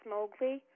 Mowgli